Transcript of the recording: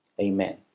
Amen